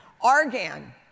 Argan